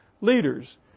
leaders